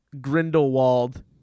Grindelwald